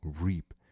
reap